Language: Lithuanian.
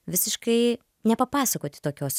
visiškai nepapasakoti tokios